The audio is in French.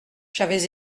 j’avais